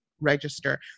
Register